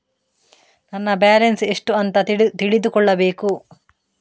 ನನ್ನ ಬ್ಯಾಲೆನ್ಸ್ ಎಷ್ಟು ಅಂತ ತಿಳಿದುಕೊಳ್ಳಬೇಕು?